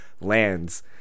lands